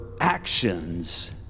actions